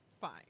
Fine